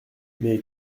mais